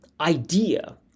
idea